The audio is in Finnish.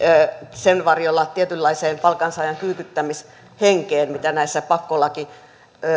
sen varjolla tietynlaiseen palkansaajan kyykyttämishenkeen mitä näissä pakkolakivaiheissa